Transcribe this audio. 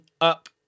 up